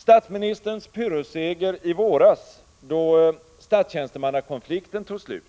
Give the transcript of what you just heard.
Statsministerns pyrrusseger i våras, då statstjänstemannakonflikten tog slut,